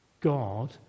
God